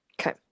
Okay